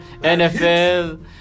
nfl